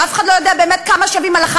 ואף אחד לא יודע באמת כמה שווים הלכה